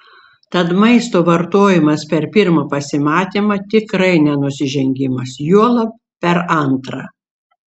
tad maisto vartojimas per pirmą pasimatymą tikrai ne nusižengimas juolab per antrą